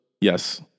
yes